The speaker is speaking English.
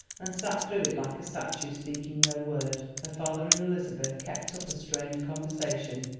and sat through it like a statue, speaking no word. her father and elizabeth kept up a strained conversation,